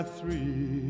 Three